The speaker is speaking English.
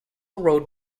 wrote